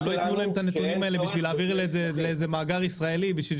הם לא ייתנו להם את הנתונים האלה כדי להעביר לאיזה מאגר ישראלי.